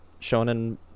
shonen